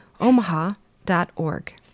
omaha.org